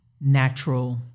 natural